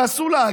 ועשו לה,